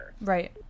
right